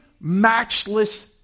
matchless